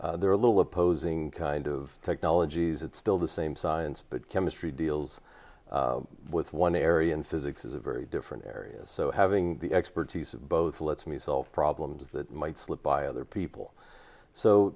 there are little opposing kind of technologies it's still the same science but chemistry deals with one area and physics is a very different areas so having the expertise of both lets me solve problems that might slip by other people so